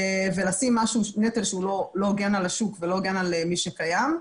ולשים נטל לא הוגן על השוק ולא הוגן על מי שקיים,